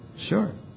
Sure